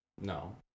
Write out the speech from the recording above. No